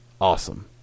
awesome